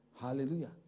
Hallelujah